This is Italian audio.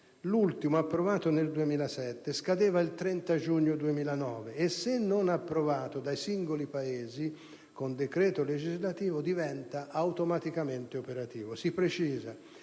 L'ultimo, approvato nel 2007, scadeva il 30 giugno 2009 e se non approvato dai singoli Paesi con decreto legislativo diventa automaticamente operativo. Si precisa